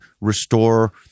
restore